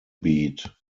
beat